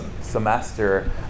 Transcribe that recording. semester